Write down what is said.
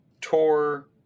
tour